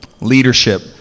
leadership